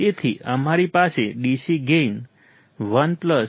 તેથી અમારી પાસે DC ગેઇન 1R2R1 છે